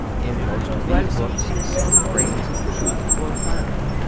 in most of these books some grains of truth were found.